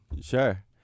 Sure